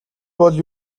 бол